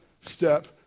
step